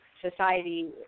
society